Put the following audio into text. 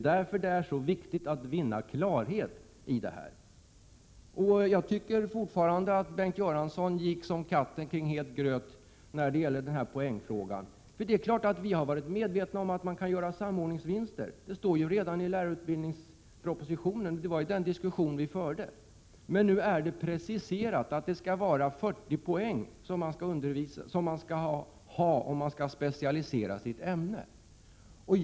Därför är det så viktigt att vinna klarhet härvidlag. Jag tycker fortfarande att Bengt Göransson gick som katten kring het gröt när det gäller poängfrågan. Det är klart att vi har varit medvetna om att man kan göra samordningsvinster. Detta står ju redan i lärarutbildningspropositionen, och det var den diskussionen vi förde. Men nu har det preciserats att det är 40 poäng man behöver om man skall specialisera sig i ett ämne.